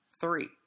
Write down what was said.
three